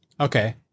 Okay